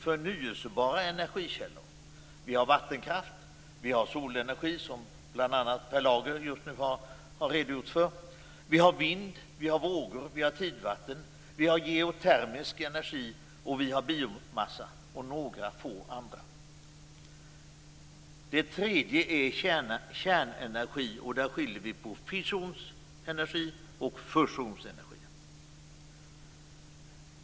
Förnyelsebara energikällor - vattenkraft, solenergi, som Per Lager nyss har redogjort för, vind, vågor, tidvatten, geotermisk energi, biomassa och några få andra. 3. Kärnenergi - och där skiljer vi på fissionsenergi och fusionsenergi.